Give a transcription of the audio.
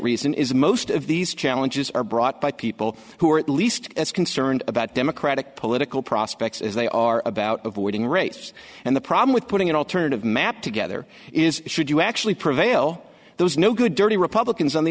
reason is most of these challenges are brought by people who are at least as concerned about democratic political prospects as they are about avoiding race and the problem with putting an alternative map together is should you actually prevail there is no good dirty republicans on the